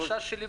החשש שלי,